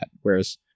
whereas